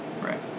right